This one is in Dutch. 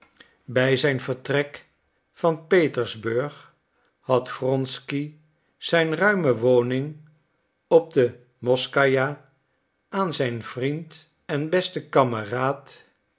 bij zijn vertrek van petersburg had wronsky zijn ruime woning op de moskaya aan zijn vriend en besten kameraad